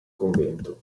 convento